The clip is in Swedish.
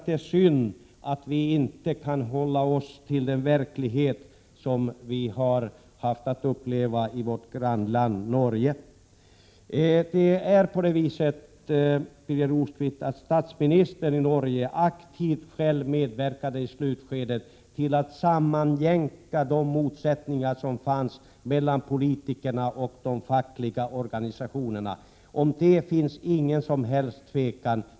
Det är synd att vi i denna debatt inte kan skildra den verklighet som man har upplevt i vårt grannland Norge. Birger Rosqvist, Norges statsminister medverkade själv aktivt i slutskedet då hon sammanjämkade de motsättningar som fanns mellan politikerna och de fackliga organisationerna. Om det råder inget som helst tvivel.